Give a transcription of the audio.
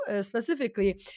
specifically